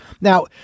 now